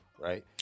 right